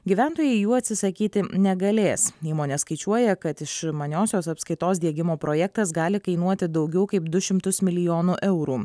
gyventojai jų atsisakyti negalės įmonė skaičiuoja kad išmaniosios apskaitos diegimo projektas gali kainuoti daugiau kaip du šimtus milijonų eurų